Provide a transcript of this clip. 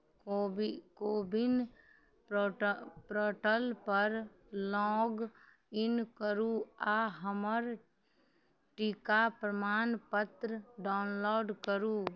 कोवि कोविन प्रोटऽ पोर्टलपर लॉगिन करू आओर हमर टीका प्रमाणपत्र डाउनलोड करू